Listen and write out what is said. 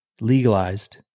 Legalized